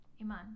Iman